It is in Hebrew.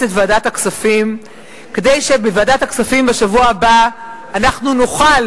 את ועדת הכספים כדי שבוועדת הכספים בשבוע הבא אנחנו נוכל,